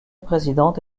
présidente